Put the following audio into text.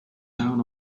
down